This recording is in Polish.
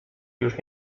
już